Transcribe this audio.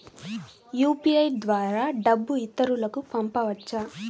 UPI ద్వారా డబ్బు ఇతరులకు పంపవచ్చ?